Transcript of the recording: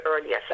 earlier